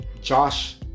Josh